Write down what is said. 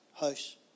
house